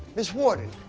ms. warden!